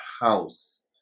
house